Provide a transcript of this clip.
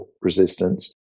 resistance